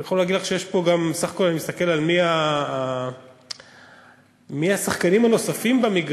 אני יכול להגיד לך שבסך הכול אני מסתכל על מי השחקנים הנוספים במגרש,